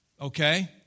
Okay